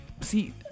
See